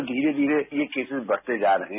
तो धीरे धीरे ये केसेज बढ़ते जा रहे हैं